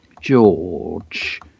George